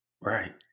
Right